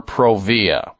Provia